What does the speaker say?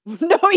No